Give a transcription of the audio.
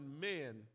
men